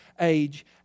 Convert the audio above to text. age